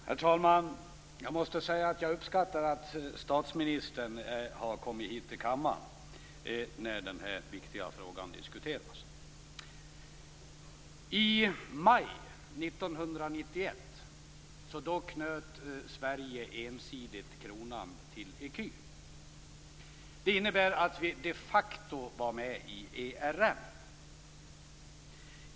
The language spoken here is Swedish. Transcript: Herr talman! Jag uppskattar att statsministern har kommit hit till kammaren när denna viktiga fråga diskuteras. I maj 1991 knöt Sverige ensidigt kronan till ecun. Det innebär att vi de facto var med i ERM.